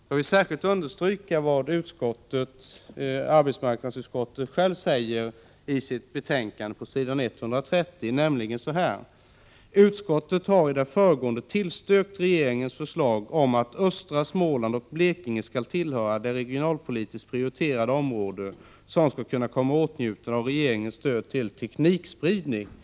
Jag vill särskilt understryka vad arbetsmarknadsutskottet självt säger i sitt betänkande på s. 130: ”Utskottet har i det föregående tillstyrkt regeringens förslag om att östra Småland och Blekinge skall tillhöra det regionalpolitiskt prioriterade område som skall kunna komma i åtnjutande av regeringens stöd till teknikspridningsprojekt.